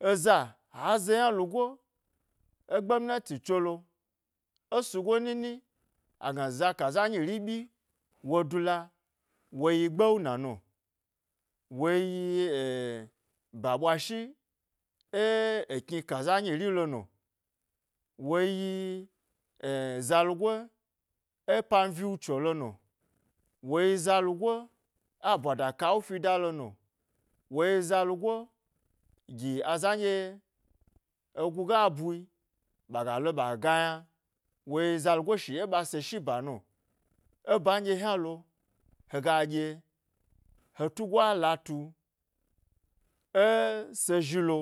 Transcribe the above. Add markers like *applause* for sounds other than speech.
Eza ha ze yna lugoe e gbemnati tsolo, esugo nini agna zaka nyim ɓyi wo dula woyi gbeuna no woyi eh ba ɓwa shi ė ekni ka za nyi ri lono woyi, *hesitation* zalu goe e pan viwu tsolono, woyi zalu goe, e aɓwada kawu fi da lo no, woyi za lugogi azan ɗye egu ga bui ɓaga lo ɓa ga yna, woyi zalugoe shi ɓa seshi ba to no, e ban ɗye hnalo, hega ɗye, he tugo a latu, ė sezhilo,